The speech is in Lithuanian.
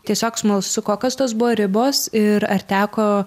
tiesiog smalsu kokios tos buvo ribos ir ar teko